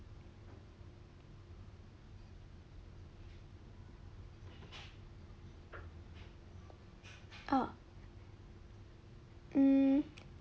uh um